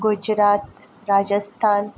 Gujarat Rajasthan